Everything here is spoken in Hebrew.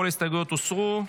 כל ההסתייגויות הוסרו.